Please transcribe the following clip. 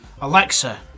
Alexa